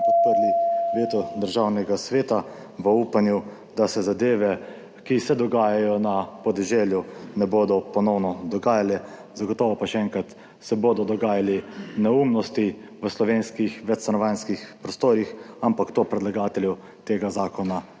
podprli veto Državnega sveta v upanju, da se zadeve, ki se dogajajo na podeželju, ne bodo ponovno dogajale. Zagotovo pa še enkrat, se bodo dogajale neumnosti v slovenskih večstanovanjskih prostorih, ampak to predlagateljev tega zakona